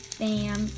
bam